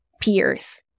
peers